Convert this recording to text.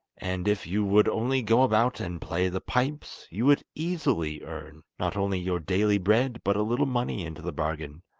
and if you would only go about and play the pipes, you would easily earn, not only your daily bread, but a little money into the bargain.